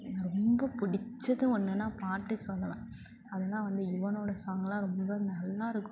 ரொம்ப பிடிச்சது ஒன்றுனா பாட்டு சொல்வேன் அதுனா வந்து யுவனோட சாங்குலாம் ரொம்ப நல்லாயிருக்கும்